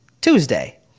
Tuesday